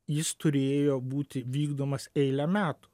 jis turėjo būti vykdomas eilę metų